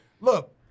look